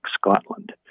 Scotland